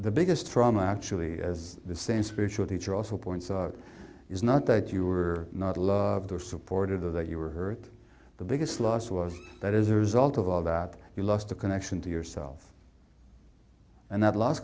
the biggest trauma actually as the same spiritual teacher also points out is not that you were not loved her supported or that you were hurt the biggest loss was that as a result of all that you lost a connection to yourself and that lost